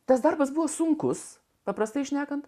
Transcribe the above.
tas darbas buvo sunkus paprastai šnekant